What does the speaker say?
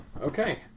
Okay